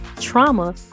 trauma